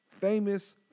famous